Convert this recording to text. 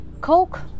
coke